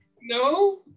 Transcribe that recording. No